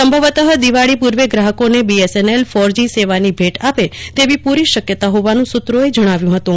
સંભવતઃ દિવાળી પૂર્વે ગ્રાહકોને બીએસએનએલ ફોર જી સેવાની ભેટ આપે તેવી પૂરી શક્યતા હોવાનું સૂત્રોએ જણાવ્યું હતું